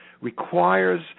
requires